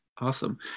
Awesome